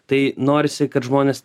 tai norisi kad žmonės